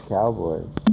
Cowboys